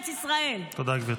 גברתי.